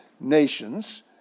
nations